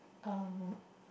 um